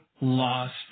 lost